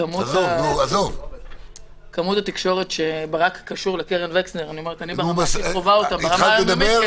כמות התקשורת שברק קשור לקרן וקסנר אני חווה אותה ברמה היומיומית